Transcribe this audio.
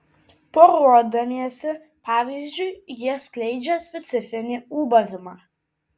poruodamiesi pavyzdžiui jie skleidžia specifinį ūbavimą